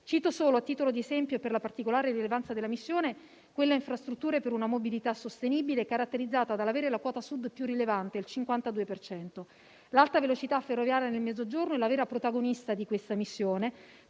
Cito solo, a titolo di esempio, per la particolare rilevanza della missione, quella dedicata a "Infrastrutture per una mobilità sostenibile", caratterizzata dall'avere la quota Sud più rilevante, il 52 per cento. L'alta velocità ferroviaria nel Mezzogiorno è la vera protagonista di questa missione,